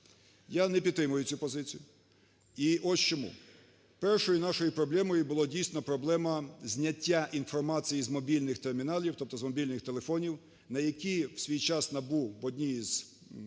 Я не підтримую цю позицію і ось чому. Першою нашою проблемою було дійсно проблема зняття інформації з мобільних терміналів, тобто з мобільних телефонів, на які в свій час НАБУ по одній із